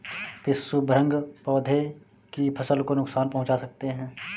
पिस्सू भृंग पौधे की फसल को नुकसान पहुंचा सकते हैं